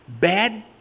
Bad